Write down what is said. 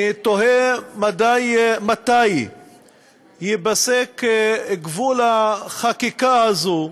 אני תוהה מתי ייפסק גבול החקיקה הזאת,